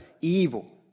evil